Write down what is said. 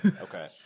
Okay